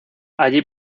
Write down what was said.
allí